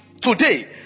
today